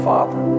Father